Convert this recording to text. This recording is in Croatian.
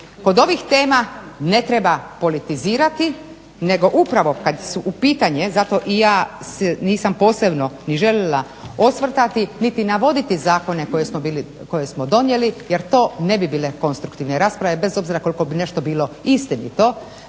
Kod ovih tema ne treba politizirati nego upravo kad su u pitanju, zato i ja nisam posebno ni želila osvrtati niti navoditi zakone koje smo donijeli jer to ne bi bile konstruktivne rasprave bez obzira koliko bi nešto bilo istinito.